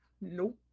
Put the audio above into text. Nope